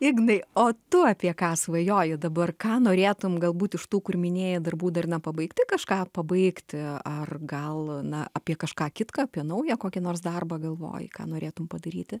ignai o tu apie ką svajoji dabar ką norėtum galbūt iš tų kur minėjai darbų dar nepabaigti kažką pabaigti ar gal na apie kažką kitką apie naują kokį nors darbą galvoji ką norėtum padaryti